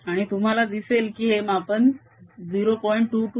आणि तुम्हाला दिसेल की हे मापन 0